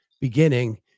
beginning